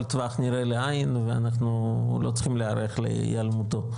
טווח נראה לעין ואנחנו לא צריכים להיערך להיעלמותו?